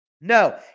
No